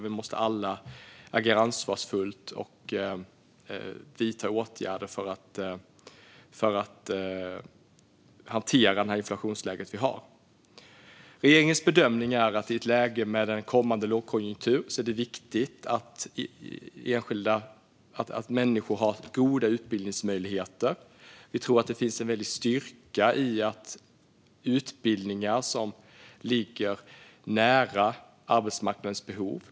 Vi måste alla agera ansvarsfullt och vidta åtgärder för att hantera det inflationsläge vi har. Regeringens bedömning är att det i ett läge med en kommande lågkonjunktur är viktigt att människor har goda utbildningsmöjligheter. Vi tror att det finns en väldig styrka i utbildningar som ligger nära arbetsmarknadens behov.